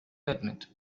admit